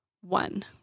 one